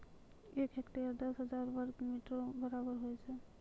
एक हेक्टेयर, दस हजार वर्ग मीटरो के बराबर होय छै